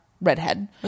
redhead